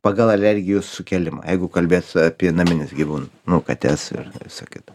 pagal alergijų sukėlimą jeigu kalbėt apie naminius gyvūnu nu kates ir visa kita